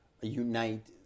unite